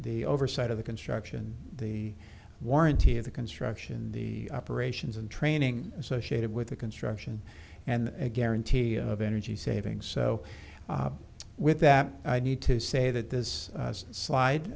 the oversight of the construction the warranty of the construction the operations and training associated with the construction and guarantee of energy saving so with that i need to say that this